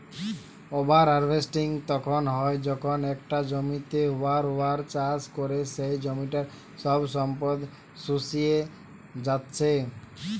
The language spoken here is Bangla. ওভার হার্ভেস্টিং তখন হয় যখন একটা জমিতেই বার বার চাষ করে সেই জমিটার সব সম্পদ শুষিয়ে জাত্ছে